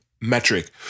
metric